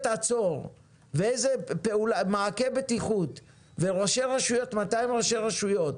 עצור ואיזה מעקה בטיחות ו-200 ראשי רשויות,